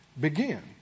begin